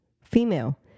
female